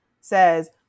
says